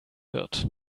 wird